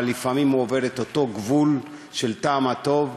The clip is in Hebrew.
אבל לפעמים הוא עובר את גבול הטעם הטוב,